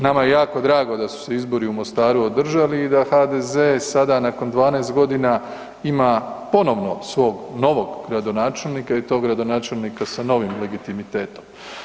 Nama je jako drago da su se izbori u Mostaru održali i da HDZ sada nakon 12.g. ima ponovno svog novog gradonačelnika i to gradonačelnika sa novim legitimitetom.